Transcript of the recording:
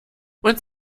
uns